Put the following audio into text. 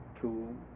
two